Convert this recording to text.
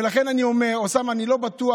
ולכן אני אומר, אוסאמה, אני לא בטוח